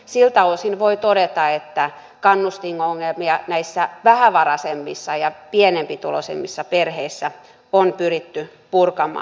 siltä osin voi todeta että kannustinongelmia näissä vähävaraisemmissa ja pienituloisemmissa perheissä on pyritty purkamaan